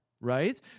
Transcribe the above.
right